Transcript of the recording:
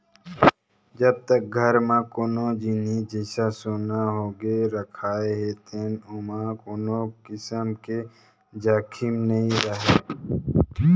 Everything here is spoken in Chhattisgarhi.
जब तक घर म कोनो जिनिस जइसा सोना होगे रखाय हे त ओमा कोनो किसम के जाखिम नइ राहय